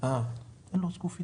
היושב-ראש,